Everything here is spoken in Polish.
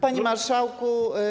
Panie Marszałku!